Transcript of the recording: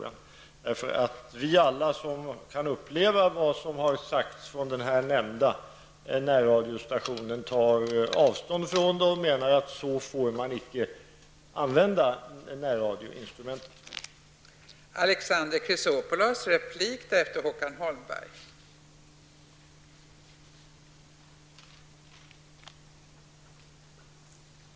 Alla vi som har upplevt vad som har sagts från den nämnda närradiostationen tar avstånd från det och säger att man inte får använda närradioinstrumentet på det sättet.